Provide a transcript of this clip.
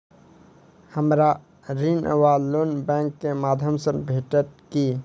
हमरा ऋण वा लोन बैंक केँ माध्यम सँ भेटत की?